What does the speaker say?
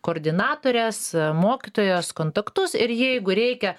koordinatores mokytojos kontaktus ir jeigu reikia